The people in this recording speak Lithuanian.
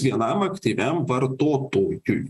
vienam aktyviam vartotojui